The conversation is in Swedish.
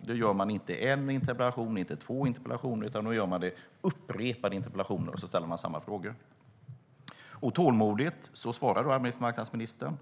Det gör man inte i en eller två interpellationer, utan man ställer samma interpellation upprepade gånger. Arbetsmarknadsministern svarar tålmodigt.